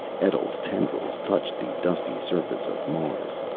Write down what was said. etl's tendrils touched the dusty surface of mars.